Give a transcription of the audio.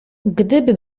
gdyby